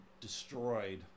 destroyed